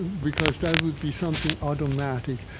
because that would be something automatic,